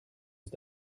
ist